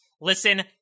listen